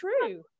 true